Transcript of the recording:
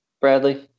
Bradley